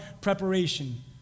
preparation